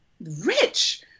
rich